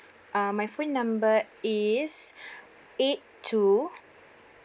ah my phone number is eight two